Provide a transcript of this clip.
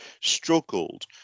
struggled